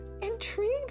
intrigued